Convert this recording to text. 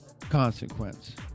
consequence